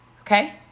Okay